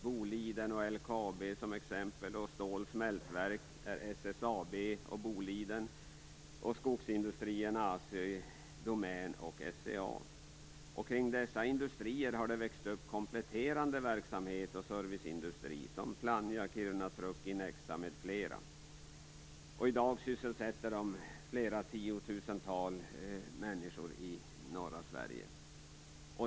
Boliden och LKAB är exempel på det liksom stål och smältverken och SSAB samt skogsindustriföretagen Assi Domän och SCA. Kring dessa industrier har det vuxit upp kompletterande verksamhet och serviceindustri såsom Plannja och Kiruna Truck m.fl.. I dag sysselsätter de flera tiotusental människor i norra Sverige.